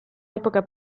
epoca